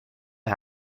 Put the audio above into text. are